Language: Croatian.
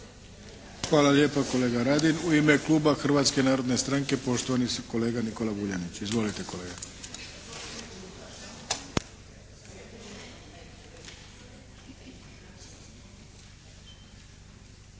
Hvala lijepa kolega Radin. U ime kluba Hrvatske narodne stranke, poštovani kolega Nikola Vuljanić. Izvolite kolega.